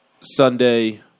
Sunday